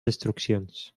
destruccions